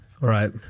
Right